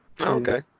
Okay